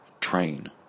train